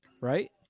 Right